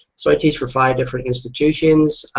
so i teach for five different institutions.